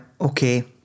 Okay